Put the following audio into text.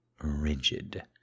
rigid